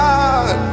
God